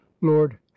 lord